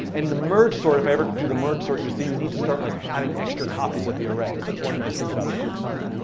and merge sort, if i ever do the merge sort, you'll see you need to start like having extra copies of the array. so that's one nice thing about the quicksort.